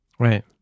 Right